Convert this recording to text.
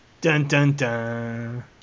Dun-dun-dun